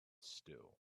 still